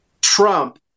Trump